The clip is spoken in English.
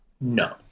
No